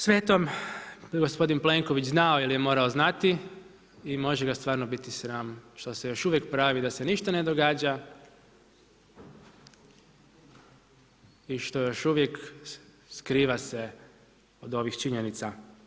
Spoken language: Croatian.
Sve je to gospodin Plenković znao ili je morao znati može ga stvarno biti sram što se još uvijek pravi da se ništa ne događa i što još uvijek skriva se od ovih činjenica.